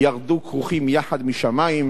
ירדו כרוכים יחד משמים,